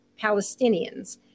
Palestinians